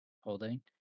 Holding